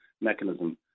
mechanism